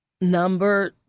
number